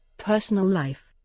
personal life